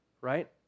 right